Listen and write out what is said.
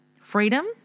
freedom